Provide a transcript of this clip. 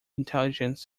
intelligence